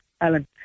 Alan